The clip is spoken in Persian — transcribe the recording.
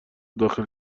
داخل